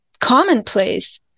commonplace